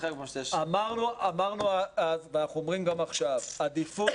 אמרנו אז ואנחנו אומרים גם עכשיו שעדיפות